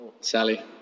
Sally